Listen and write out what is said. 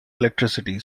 electricity